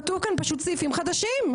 כתוב כאן פשוט סעיפים חדשים,